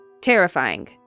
Terrifying